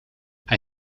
hij